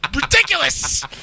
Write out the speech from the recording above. ridiculous